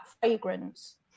fragrance